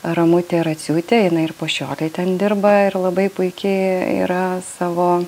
ramutė raciūtė jinai ir po šiolei ten dirba ir labai puiki yra savo